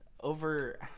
over